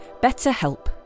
BetterHelp